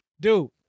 dude